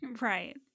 Right